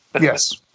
Yes